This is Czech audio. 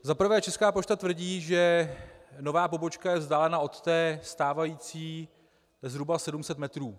Za prvé Česká pošta tvrdí, že nová pobočka je vzdálena od té stávající zhruba 700 metrů.